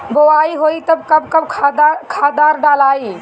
बोआई होई तब कब खादार डालाई?